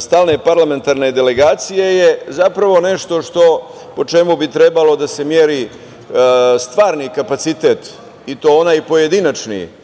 stalne parlamentarne delegacije je zapravo nešto o čemu bi trebalo da se meri stvarni kapacitet, i to onaj pojedinačni, kako